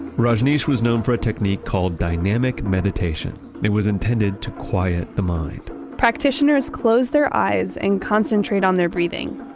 rajneesh was known for a technique called dynamic meditation. it was intended to quiet the mind practitioners close their eyes and concentrate on their breathing.